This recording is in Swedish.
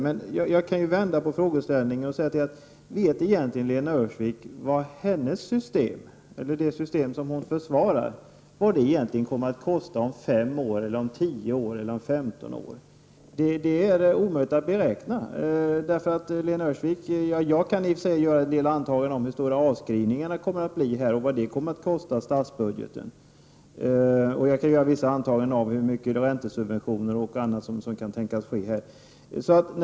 Men jag kan vända på frågeställningen: Vet egentligen Lena Öhrsvik vad det system som hon försvarar kommer att kosta om fem år, tio år eller femton år? Det är omöjligt att beräkna. Jag kan i och för sig här göra en del antaganden om hur stora avskrivningarna kommer att bli, vad de kommer att kosta statsbudgeten och hur stora räntesubventioner och annat som kan komma att behövas.